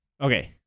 Okay